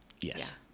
yes